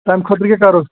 تَمہِ خٲطرٕ کیٛاہ کَرو